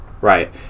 Right